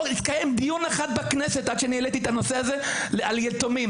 לא התקיים דיון אחד בכנסת עד שאני העליתי את הנושא הזה על יתומים.